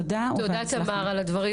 אני שמחה מאוד להיות פה,